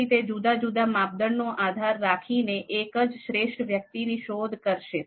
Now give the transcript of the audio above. તેથી તે જુદા જુદા માપદંડ નો આધાર રાખીને એક જ શ્રેષ્ઠ વ્યક્તિની શોધ કરશે